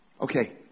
Okay